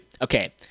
Okay